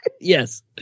Yes